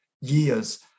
years